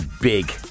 big